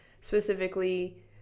specifically